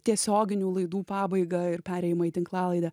tiesioginių laidų pabaigą ir perėjimą į tinklalaidę